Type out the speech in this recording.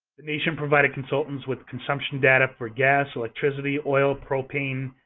the nation provided consultants with consumption data for gas, electricity, oil, propane,